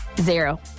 Zero